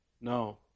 No